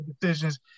decisions